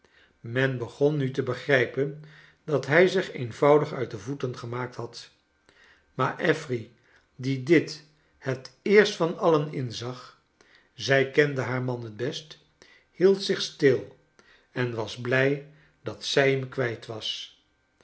men begon nu te begrijpen dat hij zich eenvoudig uit de voeten gemaakt had maar affery die dit het eerst van alien inzag zij kende haar man het best v hield zich stil en was blij dat zij hem kwijt was